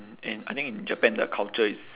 and I think in japan the culture is